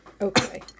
okay